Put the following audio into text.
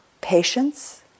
patience